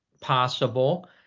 possible